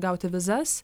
gauti vizas